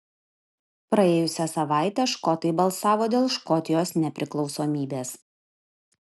praėjusią savaitę škotai balsavo dėl škotijos nepriklausomybės